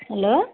hello